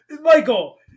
michael